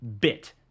bit